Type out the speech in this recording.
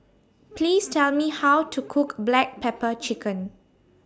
Please Tell Me How to Cook Black Pepper Chicken